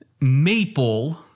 maple